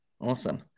Awesome